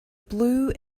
blue